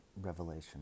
Revelation